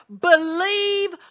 believe